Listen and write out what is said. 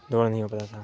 دوڑ نہیں ہو پاتا تھا